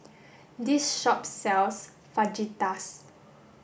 this shop sells Fajitas